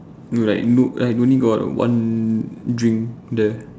no like no like only got one drink there